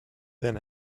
then